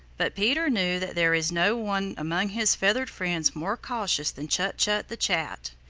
but peter knew that there is no one among his feathered friends more cautious than chut-chut the chat.